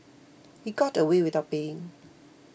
he got away without paying